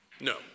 No